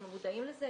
אנחנו מודעים לזה,